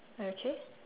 okay